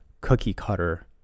cookie-cutter